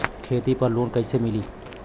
खेती पर लोन कईसे मिली?